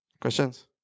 Questions